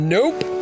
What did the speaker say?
Nope